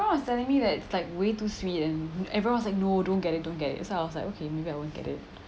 everyone was telling me that it's like way too sweet and everyone's like no don't get it don't get it so I was like okay maybe I won't get it